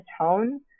tone